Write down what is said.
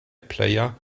player